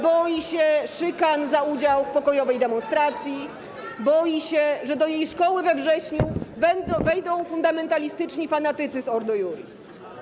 Boi się szykan za udział w pokojowej demonstracji, boi się, że do jej szkoły we wrześniu wejdą fundamentalistyczni fanatycy z Ordo Iuris.